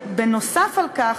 ונוסף על כך,